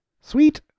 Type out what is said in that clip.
Sweet